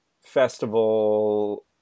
festival